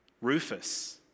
Rufus